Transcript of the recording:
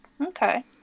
Okay